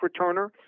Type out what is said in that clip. returner